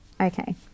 Okay